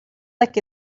like